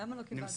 למה לא קיבלת?